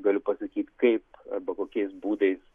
galiu pasakyti kaip arba kokiais būdais